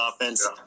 offense